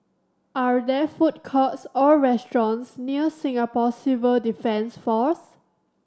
are there food courts or restaurants near Singapore Civil Defence Force